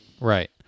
right